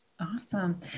Awesome